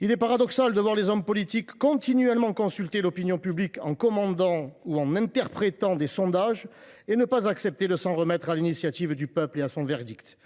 Il est paradoxal de voir les hommes politiques continuellement consulter l’opinion publique en commandant ou en interprétant des sondages, mais en même temps refuser de s’en remettre à l’initiative du peuple et à son verdict.